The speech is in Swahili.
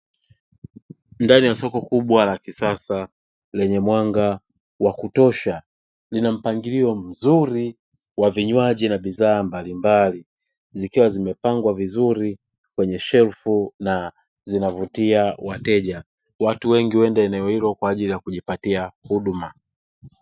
Ndani ya soko kubwa la kisasa lenye mwanga wa kutosha lina mpangilio mzuri wa vinywaji na bidhaa mbalimbali zikiwa zimepangwa vizuri kwenye shelfu na zinavutia wateja watu wengi huenda eneo hilo kwa ajili ya kujipatia huduma.